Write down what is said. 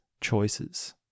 choices